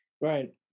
right